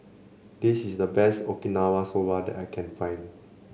this is the best Okinawa Soba that I can find